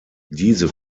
diese